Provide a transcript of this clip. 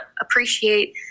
appreciate